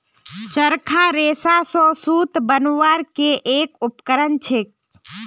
चरखा रेशा स सूत बनवार के एक उपकरण छेक